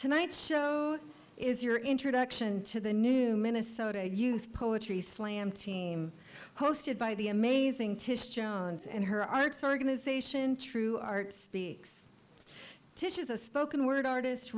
tonight's show is your introduction to the new minnesota youth poetry slam team hosted by the amazing tish jones and her arts organization true art speaks to choose a spoken word artist